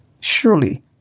Surely